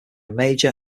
mayor